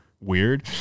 weird